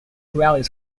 rallies